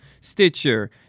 Stitcher